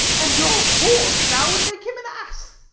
and your horse now would make him an ass.